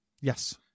Yes